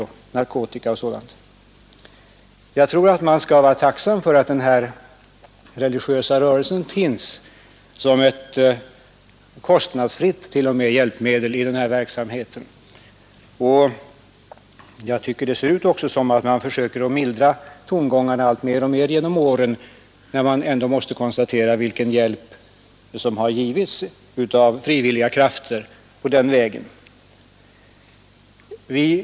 Jag tror därför att man skall vara tacksam för den svenska religiösa rörelsens insatser som ett, t.o.m. kostnadsfritt, hjälpmedel i den här verksamheten. Jag tycker också att det ser ut som att man mer och mer genom åren försökte mildra de aggressiva tongångarna då man ändå måste konstatera vilken hjälp som har givits av frivilliga krafter på den vägen.